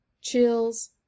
chills